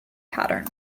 pattern